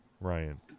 Ryan